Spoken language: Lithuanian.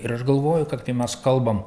ir aš galvoju kad kai mes kalbam